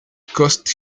cost